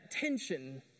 tension